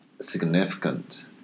significant